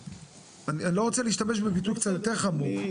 אני לא רוצה להשתמש בביטוי יותר חמור.